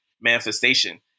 manifestation